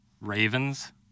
Ravens